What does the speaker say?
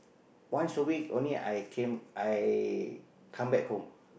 once a week only I came I come back home